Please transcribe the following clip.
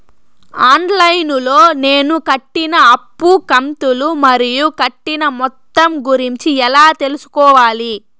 On line లో నేను కట్టిన అప్పు కంతులు మరియు కట్టిన మొత్తం గురించి ఎలా తెలుసుకోవాలి?